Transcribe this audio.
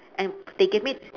and they give me